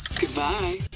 goodbye